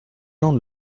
land